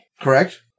correct